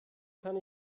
kann